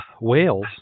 Wales